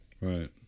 Right